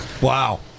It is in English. Wow